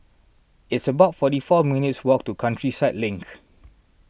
it's about forty four minutes' walk to Countryside Link